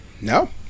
No